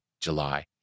July